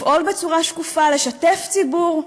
לפעול בצורה שקופה, לשתף ציבור,